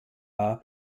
als